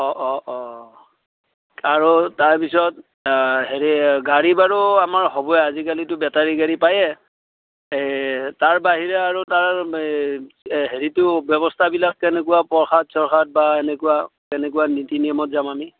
অ অ অ আৰু তাৰপিছত হেৰি গাড়ী বাৰু আমাৰ হ'বই আজিকালিতো বেটাৰি গাড়ী পায়েই এই তাৰ বাহিৰে আৰু তাৰ এই এ হেৰিটো ব্যৱস্থাবিলাক কেনেকুৱা প্ৰসাদ চৰসাদ বা এনেকুৱা কেনেকুৱা নীতি নিয়মত যাম আমি